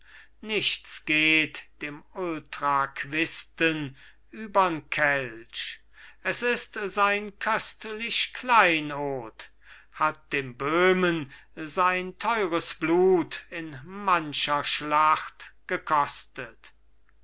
nichts geht dem utraquisten übern kelch es ist sein köstlich kleinod hat dem böhmen sein teures blut in mancher schlacht gekostet